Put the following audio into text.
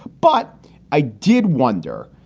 but i did wonder,